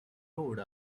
roads